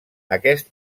aquest